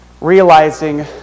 Realizing